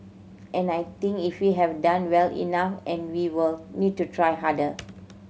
and I think if we have done well enough and we will need to try harder